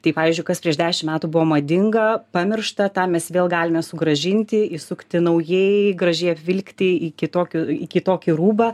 tai pavyzdžiui kas prieš dešimt metų buvo madinga pamiršta tą mes vėl galime sugrąžinti įsukti naujai gražiai apvilkti į kitokio į kitokį rūbą